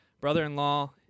Brother-in-law